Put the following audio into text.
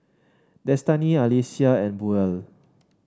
Destany Alecia and Buell